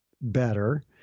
better